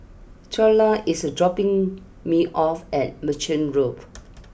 Twyla is dropping me off at Merchant Loop